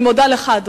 אני מודה לך,